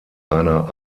einer